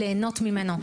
להנות ממנו,